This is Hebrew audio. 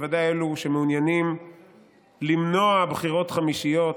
בוודאי אלה שמעוניינים למנוע בחירות חמישיות,